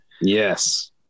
Yes